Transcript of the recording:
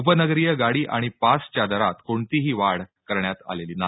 उपनगरीय गाडी आणि पास च्या दरात कोणतीही वाढ करण्यात आलेली नाही